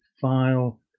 file